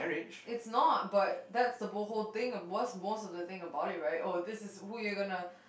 it's not but that's the whole thing what's most of the thing about it right oh this is who you're gonna